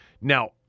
Now